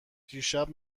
دیشب